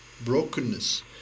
brokenness